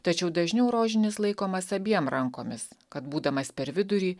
tačiau dažniau rožinis laikomas abiem rankomis kad būdamas per vidurį